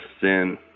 sin